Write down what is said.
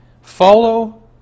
Follow